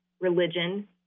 religion